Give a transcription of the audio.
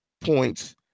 points